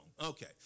Okay